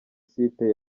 site